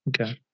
Okay